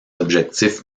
objectifs